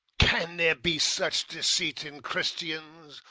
can there be such deceit in christians,